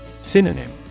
Synonym